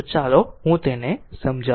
ચાલો હું તેને સમજાવું